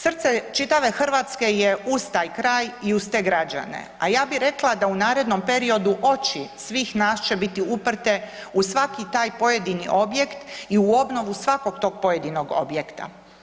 Srce čitave Hrvatske je uz taj kraj i uz te građane, a ja bi rekla da u narednom periodu oči svih nas će biti uprte u svaki taj pojedini objekt i u obnovu svakog tog pojedinog objekta.